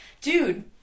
dude